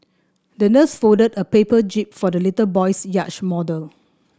the nurse folded a paper jib for the little boy's yacht model